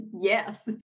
yes